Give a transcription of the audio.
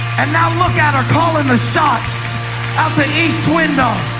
and now look at her calling the shots out the east window.